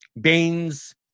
Baines